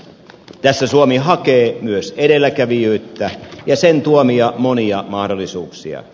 tässä suomi hakee myös edelläkävijyyttä ja sen tuomia monia mahdollisuuksia